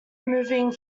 moving